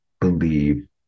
believe